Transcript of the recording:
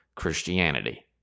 christianity